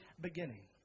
beginning